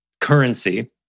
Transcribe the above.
currency